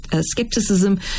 skepticism